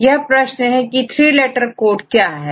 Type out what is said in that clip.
अब प्रश्न यह है थ्री लेटर कोड क्या है